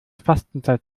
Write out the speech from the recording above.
fastenzeit